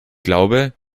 glaube